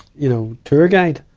you know, tour guide.